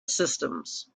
systems